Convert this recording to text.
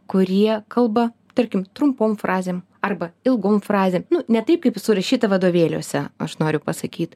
kurie kalba tarkim trumpom frazėm arba ilgom frazė nu ne taip kaip surašyta vadovėliuose aš noriu pasakyt